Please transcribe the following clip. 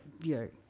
view